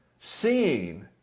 Seeing